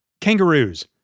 kangaroos